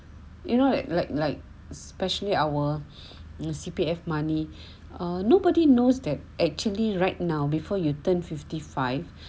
you know like like like specially our C_P_F money ah nobody knows that actually right now before you turn fifty five